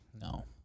No